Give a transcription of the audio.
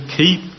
keep